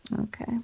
Okay